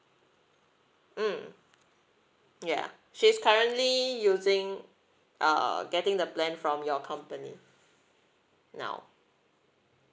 mm ya she's currently using uh getting the plan from your company now